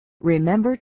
Remember